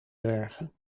dwergen